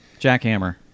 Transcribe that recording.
Jackhammer